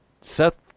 Seth